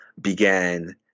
began